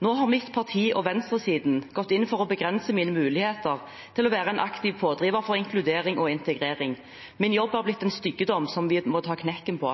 Nå har mitt parti og venstresiden gått inn for å begrense mine muligheter til å være en aktiv pådriver for inkludering og integrering. Min jobb har blitt en styggedom som vi må ta knekken på.